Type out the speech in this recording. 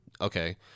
Okay